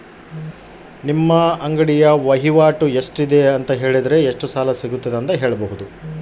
Sir ನಮ್ಮ ಅಂಗಡಿಗೆ ಎಷ್ಟು ಸಾಲ ಸಿಗಬಹುದು?